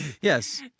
Yes